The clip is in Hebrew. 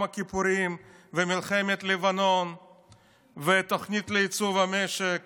הכיפורים ומלחמת לבנון והתוכנית לייצוב המשק